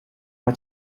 her